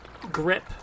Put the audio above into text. grip